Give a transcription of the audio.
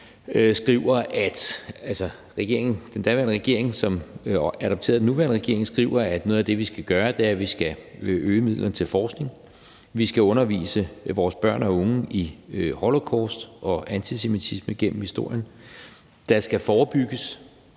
skriver – og det er adopteret af den nuværende regering – at noget af det, vi skal gøre, er at øge midlerne til forskning, undervise vores børn og unge i holocaust og antisemitisme gennem historien. Der skal også forebygges